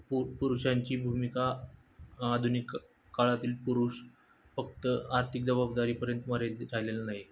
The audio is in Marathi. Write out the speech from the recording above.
पुरुषांची भूमिका आधुनिक काळातील पुरुष फक्त आर्थिक जबाबदारीपर्यंत मर्यादित राहिलेलं नाही